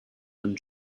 and